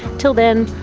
till then,